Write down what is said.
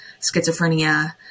schizophrenia